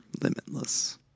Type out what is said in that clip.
limitless